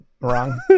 Wrong